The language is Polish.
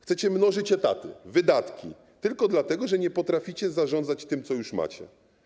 Chcecie mnożyć etaty, wydatki, tylko dlatego, że nie potraficie zarządzać tym, co już macie.